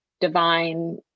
divine